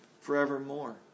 forevermore